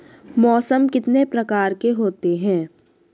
मौसम कितने प्रकार के होते हैं?